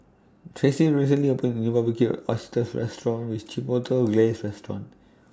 Tracy recently opened A New Barbecued Oysters with Chipotle Glaze Restaurant